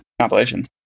compilation